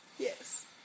Yes